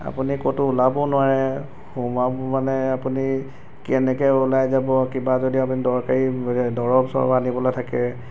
আপুনি ক'তো ওলাব নোৱাৰে সোমাব মানে আপুনি কেনেকৈ ওলাই যাব কিবা যদি আপুনি দৰকাৰী দৰৱ চৰব আনিবলৈ থাকে